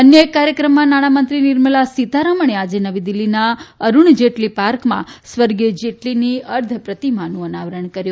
અન્ય એક કાર્યક્રમમાં નાણામંત્રી નિર્મલા સીતારમણે આજે નવી દિલ્હીના અરૂણ જેટલી પાર્કમાં સ્વર્ગીય જેટલીની અર્ધ પ્રતિમાનું અનાવરણ કર્યું